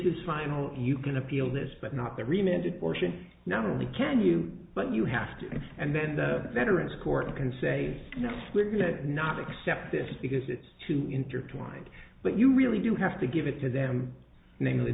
is final you can appeal this but not the remitted portion not only can you but you have to and then the veterans court can say yes we're going to not accept this because it's too intertwined but you really do have to give it to them namely